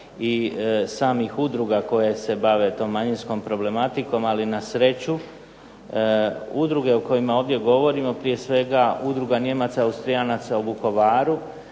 i samih udruga koje se bave tom manjinskom problematikom, ali na sreću udruge o kojima ovdje govorimo, prije svega Udruga Nijemaca i Austrijanaca u Vukovaru